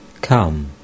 Come